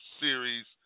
series